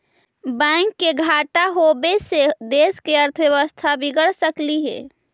bank के घाटा होबे से देश के अर्थव्यवस्था बिगड़ सकलई हे